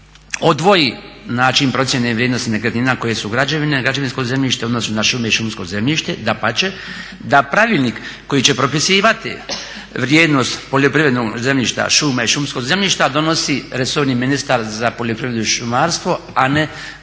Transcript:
odvoji način procjene vrijednosti nekretnina koje su građevine, građevinsko zemljište u odnosu na šume i šumsko zemljište. Dapače, da pravilnik koji će propisivati vrijednost poljoprivrednog zemljišta, šuma i šumskog zemljišta donosi resorni ministar za poljoprivredu i šumarstvo, a ne